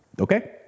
okay